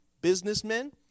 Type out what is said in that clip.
businessmen